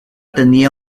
tenía